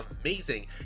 amazing